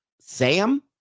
Sam